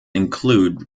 include